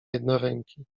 jednoręki